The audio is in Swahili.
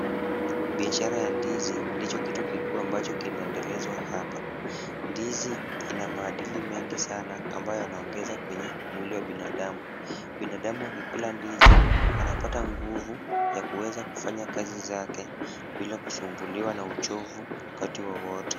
Biashara ya ndizi, ndicho kitu kikuu ambacho kinaendelezwa hapa. Ndizi ina maadili mengi sana ambayo yanaongeza kwenye mwili wa binadamu. Binadamu wakikula ndizi, anapata nguvu ya kuweza kufanya kazi zake bila kusumbuliwa na uchovu wakati wowote.